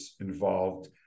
involved